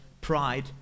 pride